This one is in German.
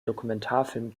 dokumentarfilm